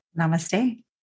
namaste